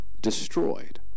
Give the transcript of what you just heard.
destroyed